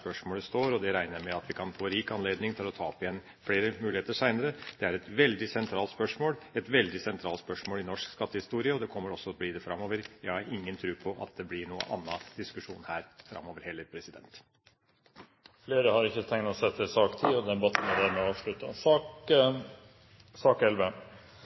spørsmålet står, og det regner jeg med at vi kan få rik anledning til å ta opp igjen senere. Dette er et veldig sentralt spørsmål i norsk skattehistorie og kommer også til å bli det framover. Jeg har ingen tro på at det blir noen annen diskusjon her framover heller. Flere har ikke bedt om ordet til sak nr. 10. Ingen har bedt om ordet. Da skulle vi være klare til å gå til votering. I sak